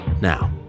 Now